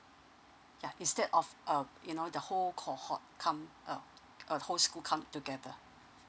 yeah instead of uh you know the whole cohort come uh a whole school come together